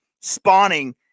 spawning